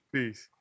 Peace